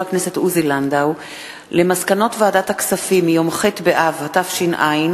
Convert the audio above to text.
הכנסת עוזי לנדאו על מסקנות ועדת הכספים מיום ח' באב התש"ע,